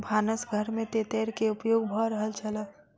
भानस घर में तेतैर के उपयोग भ रहल छल